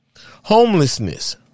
Homelessness